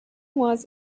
was